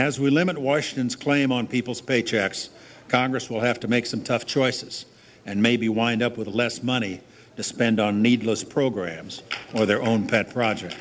as we limit washington's claim on people's paychecks congress will have to make some tough choices and maybe wind up with less money to spend on needless programs or their own pet project